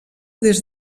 des